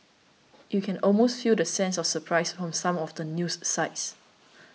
you can almost feel the sense of surprise from some of the news sites